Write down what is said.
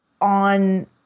on